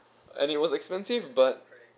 and it was expensive but